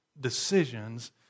decisions